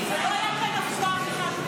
זה לא היה כאן אף פעם בחנוכה.